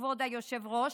כבוד היושב-ראש,